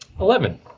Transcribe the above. Eleven